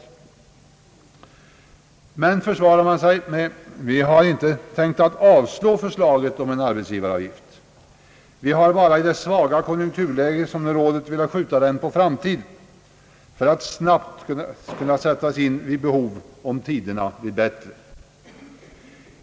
De borgerliga försvarar sig med att man inte har tänkt gå mot förslaget om en arbetsgivaravgift, endast i det nuvarande svaga konjunkturläget velat skjuta det på framtiden för att snabbt kunna sättas in vid behov, om tiderna blir bättre.